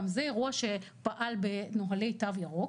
גם זה אירוע שפעל בנוהלי תו ירוק,